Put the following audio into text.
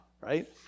right